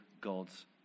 God's